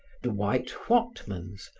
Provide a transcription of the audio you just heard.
the white whatmans,